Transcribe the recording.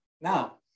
Now